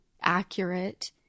accurate